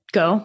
go